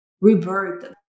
rebirth